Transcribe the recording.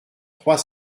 trois